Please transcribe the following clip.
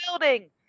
building